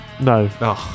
No